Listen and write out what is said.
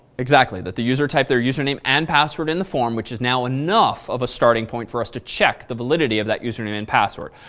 exactly. that the user typed their username and password in the form which is now enough of a starting point for us to check the validity of that username and password.